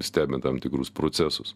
stebin tam tikrus procesus